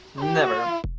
never.